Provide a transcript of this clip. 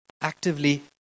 Actively